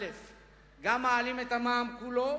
שגם מעלים את המע"מ כולו